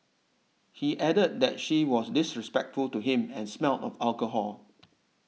he added that she was disrespectful to him and smelled of alcohol